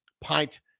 pint